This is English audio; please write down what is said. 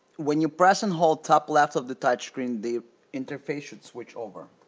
when you press and hold top left of the touchscreen the interface should switch over.